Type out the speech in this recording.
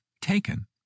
taken